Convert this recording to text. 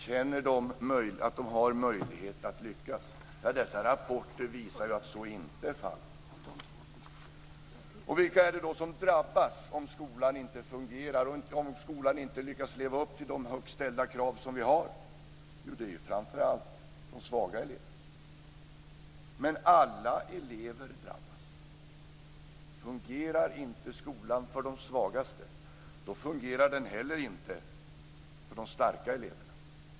Känner de att de har möjligheter att lyckas? Nej, dessa rapporter visar ju att så inte är fallet. Vilka är det då som drabbas om skolan inte fungerar och inte lyckas leva upp till de högt ställda krav som vi har? Jo, det är framför allt de svaga eleverna. Men alla elever drabbas. Fungerar inte skolan för de svagaste, då fungerar den heller inte för de starka eleverna.